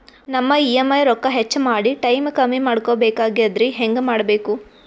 ನಮ್ಮ ಇ.ಎಂ.ಐ ರೊಕ್ಕ ಹೆಚ್ಚ ಮಾಡಿ ಟೈಮ್ ಕಮ್ಮಿ ಮಾಡಿಕೊ ಬೆಕಾಗ್ಯದ್ರಿ ಹೆಂಗ ಮಾಡಬೇಕು?